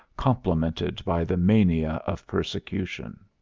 complemented by the mania of persecution.